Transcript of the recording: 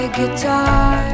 guitar